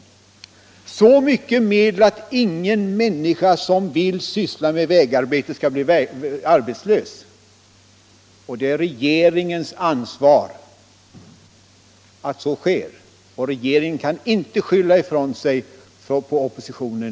Det anslås så mycket pengar att ingen människa som vill syssla med vägarbete skall behöva gå arbetslös. Det är regeringens ansvar att så sker, och regeringen kan i det hänseendet inte skylla ifrån sig på oppositionen.